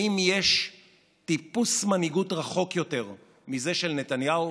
האם יש טיפוס מנהיגות רחוק יותר מזה של נתניהו?